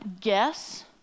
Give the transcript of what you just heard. guess